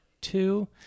two